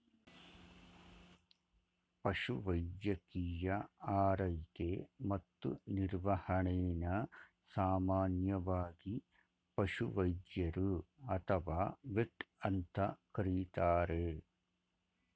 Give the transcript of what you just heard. ಪಶುವೈದ್ಯಕೀಯ ಆರೈಕೆ ಮತ್ತು ನಿರ್ವಹಣೆನ ಸಾಮಾನ್ಯವಾಗಿ ಪಶುವೈದ್ಯರು ಅಥವಾ ವೆಟ್ ಅಂತ ಕರೀತಾರೆ